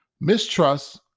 mistrust